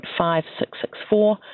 0.5664